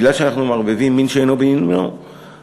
בגלל שאנחנו מערבבים מין שאינו במינו אז